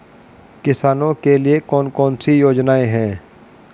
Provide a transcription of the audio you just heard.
किसानों के लिए कौन कौन सी योजनाएं हैं?